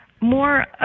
more